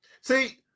See